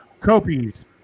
Copies